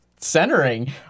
centering